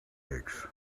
aches